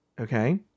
Okay